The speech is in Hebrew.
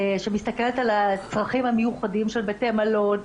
שמסתכלת על הצרכים המיוחדים של בתי מלון,